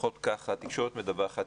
לפחות כך התקשורת מדווחת,